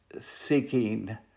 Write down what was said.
seeking